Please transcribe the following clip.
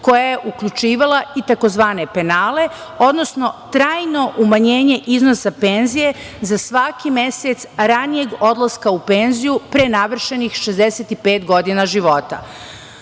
koja je uključivala i tzv. penale, odnosno trajno umanjenje iznosa penzije za svaki mesec ranijeg odlaska u penziju pre navršenih 65 godina života. Zbog